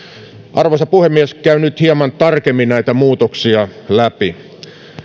arvoisa puhemies käyn nyt hieman tarkemmin näitä muutoksia läpi